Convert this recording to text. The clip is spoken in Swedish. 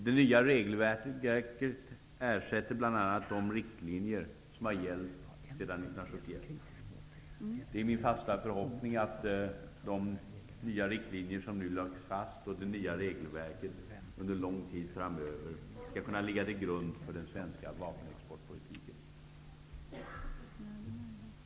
Det nya regelverket ersätter bl.a. de riktlinjer som har gällt sedan 1971. Det är min fasta förhoppning att de nya riktlinjer som nu läggs fast, och det nya regelverket, skall kunna ligga till grund för den svenska vapenexportpolitiken.